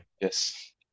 Yes